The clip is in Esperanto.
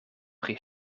pri